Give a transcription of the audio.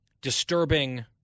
disturbing